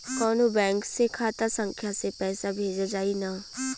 कौन्हू बैंक के खाता संख्या से पैसा भेजा जाई न?